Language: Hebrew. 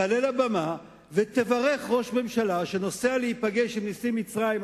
תעלה לבמה ותברך ראש ממשלה שנוסע להיפגש עם נשיא מצרים,